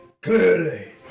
clearly